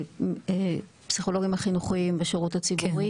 הפסיכולוגים החינוכיים בשירות הציבורי